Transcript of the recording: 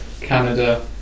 Canada